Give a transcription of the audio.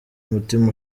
umutima